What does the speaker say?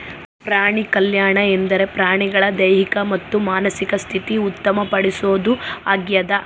ಪ್ರಾಣಿಕಲ್ಯಾಣ ಎಂದರೆ ಪ್ರಾಣಿಗಳ ದೈಹಿಕ ಮತ್ತು ಮಾನಸಿಕ ಸ್ಥಿತಿ ಉತ್ತಮ ಪಡಿಸೋದು ಆಗ್ಯದ